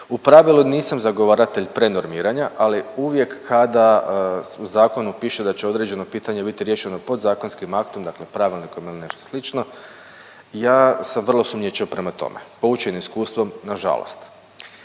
U pravilu nisam zagovaratelj prenormiranja, ali uvijek kada u zakonu piše da će određeno pitanje biti riješeno podzakonskim aktom, dakle pravilnikom ili nešto slično, ja sam vrlo sumnjičav prema tome, poučen iskustvom nažalost.